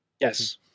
Yes